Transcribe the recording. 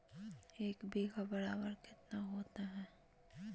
एक बीघा बराबर कितना होता है?